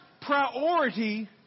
priority